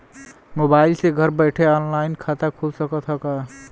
Mobile से घर बैठे ऑनलाइन खाता खुल सकत हव का?